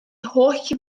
holl